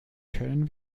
können